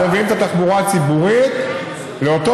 אנחנו מובילים את התחבורה הציבורית לאותו